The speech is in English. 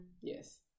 Yes